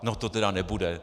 No to tedy nebude!